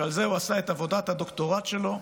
שעל זה הוא עשה את עבודת הדוקטורט שלו.